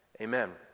Amen